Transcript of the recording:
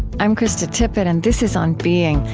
i'm krista tippett and this is on being.